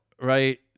right